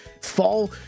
fall